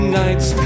nights